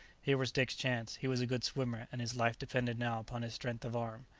here was dick's chance, he was a good swimmer, and his life depended now upon his strength of arm.